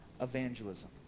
evangelism